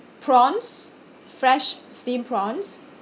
prawns fresh steam prawns